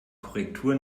korrektur